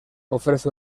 ofrece